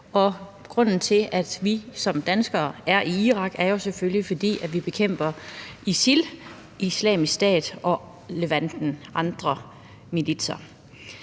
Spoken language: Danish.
grunden til, at vi som danskere er i Irak, er jo selvfølgelig, at vi bekæmper ISIL, Islamisk Stat, og levantens andre militser.